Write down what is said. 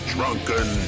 Drunken